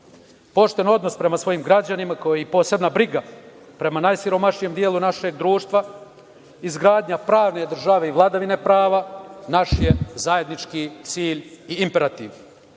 pošten odnos prema svojim građanima, kao i posebna briga prema najsiromašnijem delu našeg društva, izgradnja pravne države i vladavine prava, naš je zajednički cilj i imperativ.